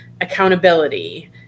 accountability